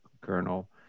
kernel